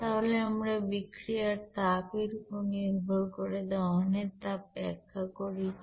তাহলে আমরা বিক্রিয়ার তাপ এর উপর নির্ভর করে দহনের তাপ ব্যাখ্যা করেছি